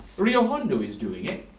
rio hondo is doing it.